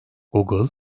google